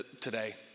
today